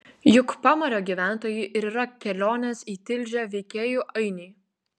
juk pamario gyventojai ir yra kelionės į tilžę veikėjų ainiai